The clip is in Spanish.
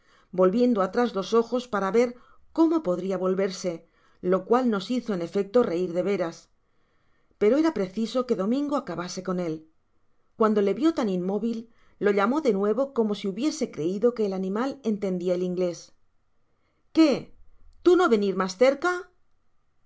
volviendo atrás los ojos para ver cómo podria volverse lo cual nos hizo en efecto reir de veras pero era preciso que domingo acabase con él cuando le vió tan inmóvil lo llamó de nuevo no si hubiese creido que el animal entendia el inglés jué tú no venir mas cerca yo